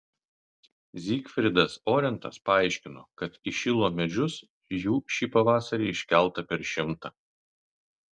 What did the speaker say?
zygfridas orentas paaiškino kad į šilo medžius jų šį pavasarį iškelta per šimtą